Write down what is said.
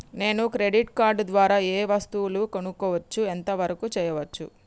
నేను credit card ద్వారా ఏం వస్తువులు కొనుక్కోవచ్చు ఎంత వరకు చేయవచ్చు?